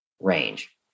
range